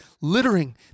littering